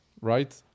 Right